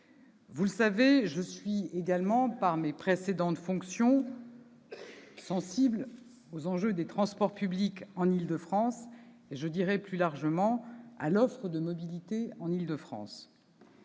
Vous le savez, je suis également, de par mes précédentes fonctions, sensible aux enjeux des transports publics en Île-de-France et, plus largement, à l'offre de mobilités dans